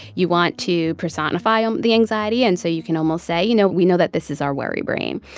you want to personify um the anxiety. and so you can almost say, you know, we know that this is our worry brain.